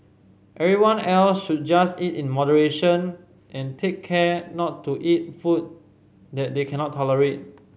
everyone else should just eat in moderation and take care not to eat food that they cannot tolerate